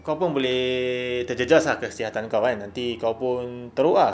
kau pun boleh terjejas ah kesihatan kau nanti kau pun teruk ah